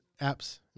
apps